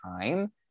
time